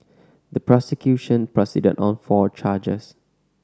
the prosecution proceeded on four charges